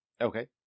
Okay